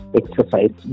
exercise